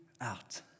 out